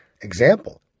Example